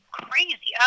crazy